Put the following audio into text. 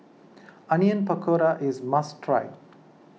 Onion Pakora is a must try